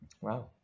Wow